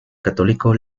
católico